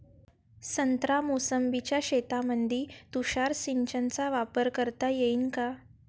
संत्रा मोसंबीच्या शेतामंदी तुषार सिंचनचा वापर करता येईन का?